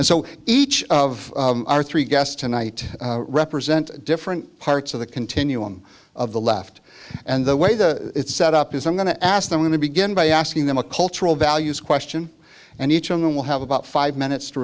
and so each of our three guests tonight represent different parts of the continuum of the left and the way the set up is i'm going to ask them when they begin by asking them a cultural values question and each of them will have about five minutes to